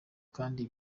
kandi